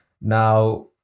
now